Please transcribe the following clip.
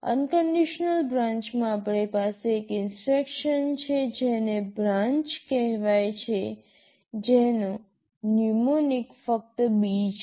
unconditional branch માં આપણી પાસે એક ઇન્સટ્રક્શન છે જેને બ્રાન્ચ કહેવાય છે જેનો ન્યુમોનિક ફક્ત B છે